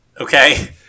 okay